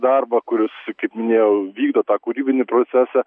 darbą kuris kaip minėjau vykdo tą kūrybinį procesą